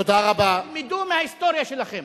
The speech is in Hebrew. תלמדו מההיסטוריה שלכם.